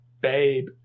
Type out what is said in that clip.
babe